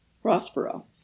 Prospero